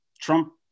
Trump